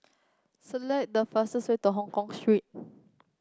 select the fastest way to Hongkong Street